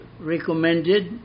recommended